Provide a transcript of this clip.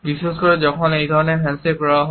বিশেষ করে যখন এই ধরনের হ্যান্ডশেক করা হয়